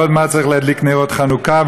עוד מעט צריך להדליק נרות חנוכה,